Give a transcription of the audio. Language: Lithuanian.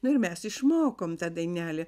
ir mes išmokom tą dainelę